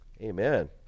Amen